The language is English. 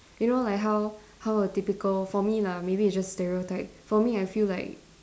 you know like how how a typical for me lah maybe it's just stereotype for me I feel like